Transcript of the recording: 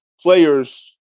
players